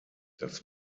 das